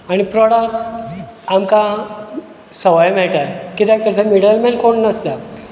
आनी प्रोडक्ट आमकां सवाय मेळटा कित्याक कित्याक ताका मिडल मॅन कोण नासता